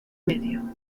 medio